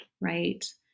right